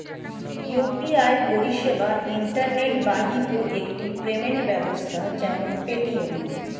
UPI পরিষেবা internet বাহিত একটি পেমেন্ট ব্যবস্থা যেমন পেটিএম